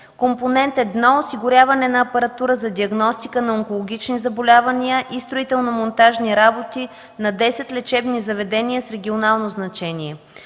Компонент едно – осигуряване на апаратура за диагностика на онкологични заболявания и строително-монтажни работи на десет лечебни заведения с регионално значение.